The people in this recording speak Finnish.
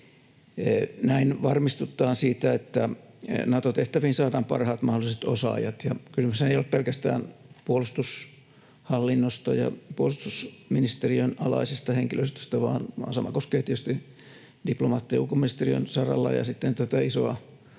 Näin varmistutaan siitä, että Nato-tehtäviin saadaan parhaat mahdolliset osaajat. Kysymyshän ei ole pelkästään puolustushallinnosta ja puolustusministeriön alaisesta henkilöstöstä, vaan sama koskee tietysti diplomaatteja ulkoministeriön saralla ja sitten isoa